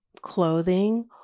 clothing